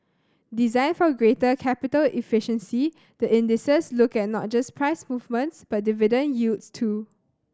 designed for greater capital efficiency the indices look at not just price movements but dividend yields too